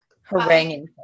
haranguing